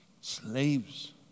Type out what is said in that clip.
slaves